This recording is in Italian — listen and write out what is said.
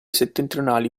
settentrionali